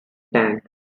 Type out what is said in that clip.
tank